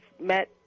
met